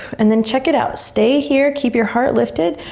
and then check it out, stay here, keep your heart lifted,